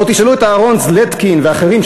או תשאלו את אהרן זלטקין ואחרים,